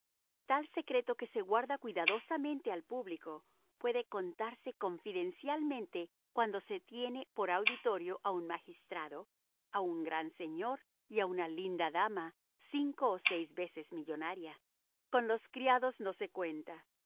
tal secreto que se guarda cuidadosamente al público puede contarse confidencialmente cuando se tiene por auditorio a un magistrado a un gran señor y a una linda dama cinco o seis veces millonaria con los criados no se cuenta